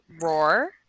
Roar